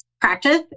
practice